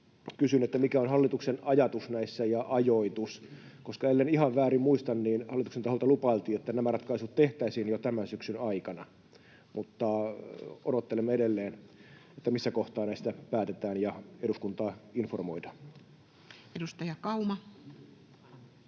kysyn: mikä on hallituksen ajatus näissä ja ajoitus? Ellen ihan väärin muista, hallituksen taholta lupailtiin, että nämä ratkaisut tehtäisiin jo tämän syksyn aikana, mutta odottelemme edelleen, missä kohtaa näistä päätetään ja eduskuntaa informoidaan. Edustaja Kauma.